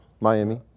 miami